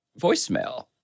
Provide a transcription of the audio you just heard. voicemail